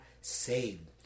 saved